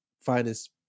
finest